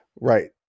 Right